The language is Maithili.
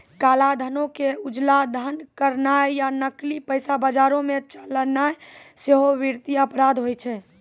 काला धनो के उजला धन करनाय या नकली पैसा बजारो मे चलैनाय सेहो वित्तीय अपराध होय छै